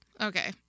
Okay